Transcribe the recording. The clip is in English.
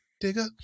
digger